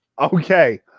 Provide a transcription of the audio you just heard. Okay